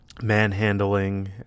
manhandling